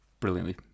Brilliantly